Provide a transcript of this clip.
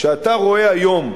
כשאתה רואה היום,